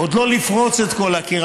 עוד לא לפרוץ את כל הקיר,